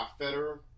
Federer